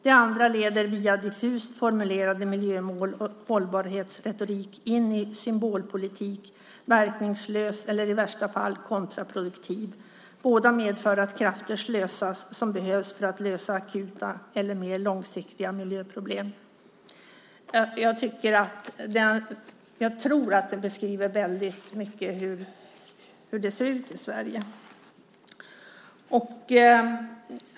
Det andra leder via diffust formulerade miljömål och hållbarhetsretorik in i symbolpolitik; verkningslös eller i värsta fall kontraproduktiv. Båda medför att krafter slösas, som behövs för att lösa akuta eller mera långsiktiga miljöproblem." Jag tror att detta i väldigt hög grad beskriver hur det ser ut i Sverige.